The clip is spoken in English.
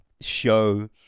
Show